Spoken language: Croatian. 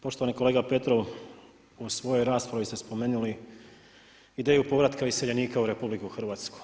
Poštovani kolega Petrov, u svojoj raspravi ste spomenuli ideju povratka iseljenika u RH.